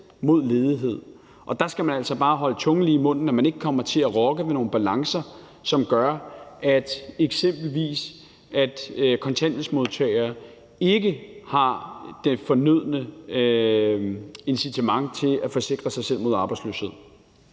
mod ledighed. Og der skal man altså bare holde tungen lige i munden, så man ikke kommer til at rokke ved nogle balancer, som gør, at eksempelvis kontanthjælpsmodtagere ikke har det fornødne incitament til at forsikre sig selv mod arbejdsløshed.